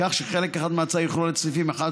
כך שחלק אחד מההצעה יכלול את סעיפים 1,